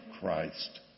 Christ